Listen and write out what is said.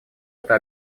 это